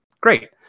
Great